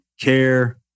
care